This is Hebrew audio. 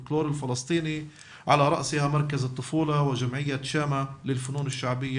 הילדים והפולקלור הפלסטיני ובראשם מרכז לילדים ועמותת "שאמא"